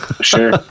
sure